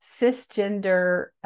cisgender